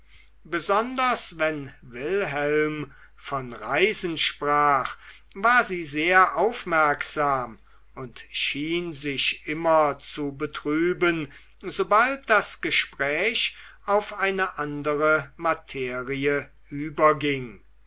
besonders wenn wilhelm von reisen sprach war sie sehr aufmerksam und schien sich immer zu betrüben sobald das gespräch auf eine andere materie überging